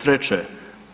Treće,